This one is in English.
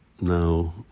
now